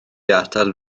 atal